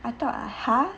I thought !huh!